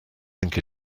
think